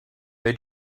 they